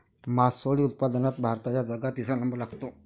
मासोळी उत्पादनात भारताचा जगात तिसरा नंबर लागते